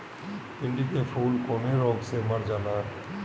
भिन्डी के फूल कौने रोग से मर जाला?